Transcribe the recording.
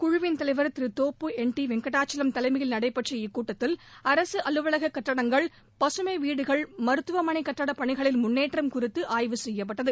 குழுவின் தலைவர் Thiru Thoppu N D Venkatachalam தலைமையில் நடைபெற்ற இக்கூட்டத்தில் அரசு அலுவலக கட்டடங்கள் பசுமை வீடுகள் மருத்துவமனை கட்டட பணிகளின் முன்னேற்றம் குறித்து ஆய்வு செய்யப்பட்டது